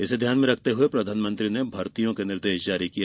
इसे ध्यान में रखते हुए प्रधानमंत्री ने भर्तियों के निर्देश जारी किए